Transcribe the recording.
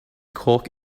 cork